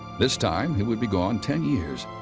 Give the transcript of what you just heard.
this time, he would be gone ten years.